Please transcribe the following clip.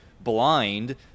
blind